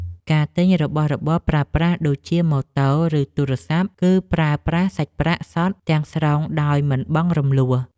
ការទិញរបស់របរប្រើប្រាស់ដូចជាម៉ូតូ ឬទូរទស្សន៍គឺប្រើប្រាស់សាច់ប្រាក់សុទ្ធទាំងស្រុងដោយមិនបង់រំលស់។